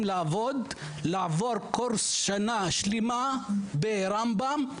לעבוד לעבור קורס PET-CT במשך שנה שלמה ברמב"ם,